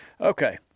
Okay